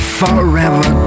forever